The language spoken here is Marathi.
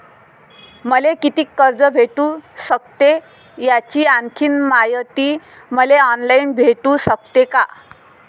मले कितीक कर्ज भेटू सकते, याची आणखीन मायती मले ऑनलाईन भेटू सकते का?